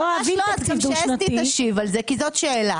גם שאסתי תשיב על זה, כי זאת שאלה.